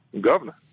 governor